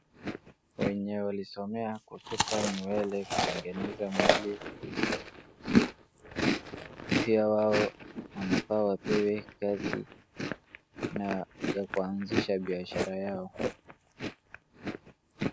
Wenye walisomea kusuka nywele kutengeneza mwili, pia wao wanafaa wapewe kazi na ya kuanzisha biashara yao.